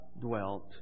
dwelt